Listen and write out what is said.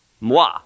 moi